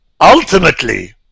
ultimately